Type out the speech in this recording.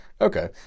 Okay